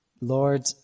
Lord